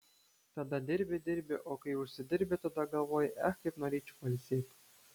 tada dirbi dirbi o kai jau užsidirbi tada galvoji ech kaip norėčiau pailsėti